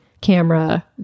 camera